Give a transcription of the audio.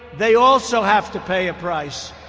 they also have to pay a price.